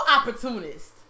opportunist